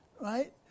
right